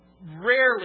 rarely